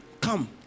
come